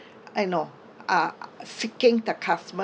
eh no ah seeking the customer